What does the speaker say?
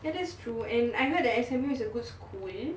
ya that's true and I heard that S_M_U is a good school